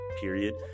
period